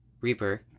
reaper